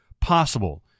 possible